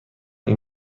این